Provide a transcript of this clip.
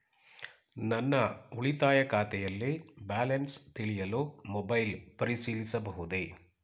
ನನ್ನ ಉಳಿತಾಯ ಖಾತೆಯಲ್ಲಿ ಬ್ಯಾಲೆನ್ಸ ತಿಳಿಯಲು ಮೊಬೈಲ್ ಪರಿಶೀಲಿಸಬಹುದೇ?